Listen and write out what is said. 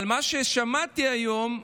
אבל מה ששמעתי היום,